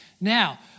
Now